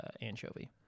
anchovy